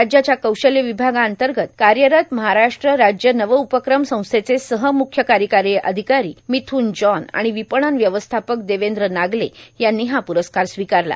राज्याच्या कौशल्य विभागांतगत कायरत महाराष्ट्र राज्य नवउपक्रम संस्थेचे सह मुख्यकायकारी अधिकारी भिथून जॉन आर्माण भवपणन व्यवस्थापक देवद्र नागले यांनी हा प्रस्कार स्वीकारला